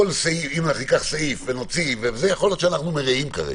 אם ניקח סעיף, יכול להיות שאנחנו מלאים כרגע,